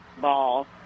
ball